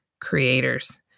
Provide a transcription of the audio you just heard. creators